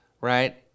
right